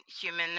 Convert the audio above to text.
human